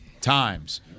times